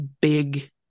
big